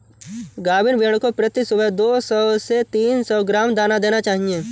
गाभिन भेड़ को प्रति सुबह दो सौ से तीन सौ ग्राम दाना देना चाहिए